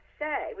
say